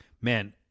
Man